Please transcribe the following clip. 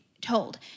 told